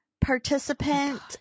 Participant